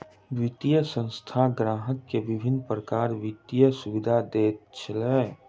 वित्तीय संस्थान ग्राहक के विभिन्न प्रकारक वित्तीय सुविधा दैत अछि